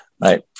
right